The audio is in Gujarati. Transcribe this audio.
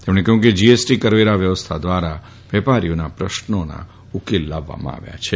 તેમણે કહ્યું કે જીએસટી કરવેરા વ્યવસ્થા દ્વાર વેપારીઓના પ્રશ્નોના ઉકેલ લાવવામાં આવ્યો છે